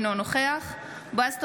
אינו נוכח בועז טופורובסקי,